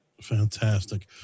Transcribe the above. Fantastic